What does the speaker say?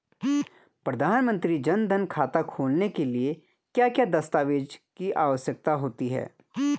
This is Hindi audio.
प्रधानमंत्री जन धन खाता खोलने के लिए क्या क्या दस्तावेज़ की आवश्यकता होती है?